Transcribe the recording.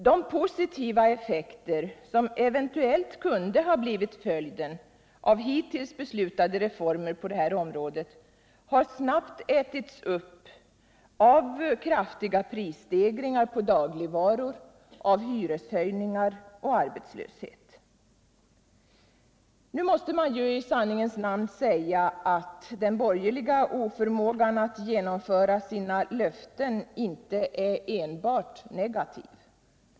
De positiva effekter som eventuellt kunde ha blivit följden av hitills beslutade reformer på området har snabbt ätits upp av kraftiga prisstegringar på dagligvaror, hyreshöjningar och arbetslöshet. Nu måste man ju i sanningens namn säga att den borgerliga oförmågan att genomföra sina löften inte är enbart negativ.